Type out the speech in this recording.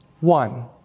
One